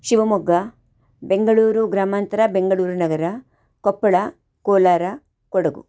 ಶಿವಮೊಗ್ಗ ಬೆಂಗಳೂರು ಗ್ರಾಮಾಂತರ ಬೆಂಗಳೂರು ನಗರ ಕೊಪ್ಪಳ ಕೋಲಾರ ಕೊಡಗು